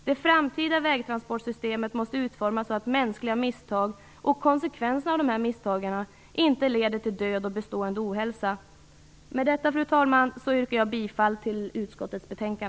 Det framtida vägtransportsystemet måste utformas så att mänskliga misstag och konsekvenserna av dessa misstag inte leder till död eller bestående ohälsa. Fru talman! Med detta yrkar jag bifall till utskottets hemställan.